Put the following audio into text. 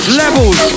levels